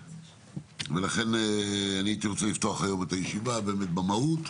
ולכן אני הייתי רוצה לפתוח את הישיבה במהות,